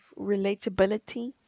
relatability